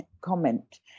comment